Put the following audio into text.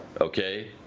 okay